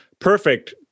Perfect